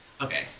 Okay